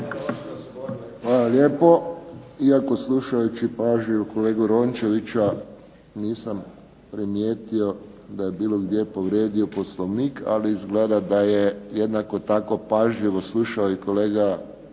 Hvala lijepo. Iako slušajući pažljivo kolegu Rončevića nisam primijetio da je bilo gdje povrijedio Poslovnik, ali izgleda da je isto tako jednako pažljivo slušao i kolega Grubišić